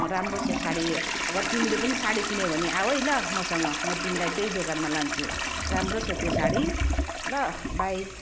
राम्रो छ साडी अगर तिमीले पनि साडी किन्यौ भने आऊ है ल मसँग म तिमीलाई त्यही दोकानमा लान्छु राम्रो छ त्यो साडी ल बाइ